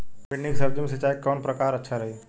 भिंडी के सब्जी मे सिचाई के कौन प्रकार अच्छा रही?